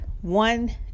one